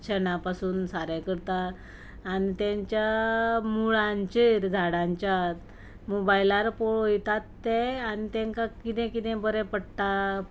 शेणा पासून सारें करता आनी तांच्या मुळांचेर झाडांच्या मोबायलार पळयतात ते आनी तांकां कितें कितें बरें पडटा